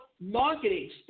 marketing